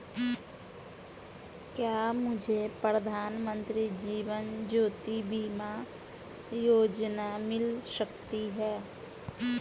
क्या मुझे प्रधानमंत्री जीवन ज्योति बीमा योजना मिल सकती है?